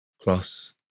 cross